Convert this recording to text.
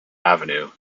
avenue